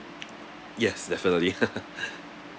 yes definitely